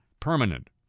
permanent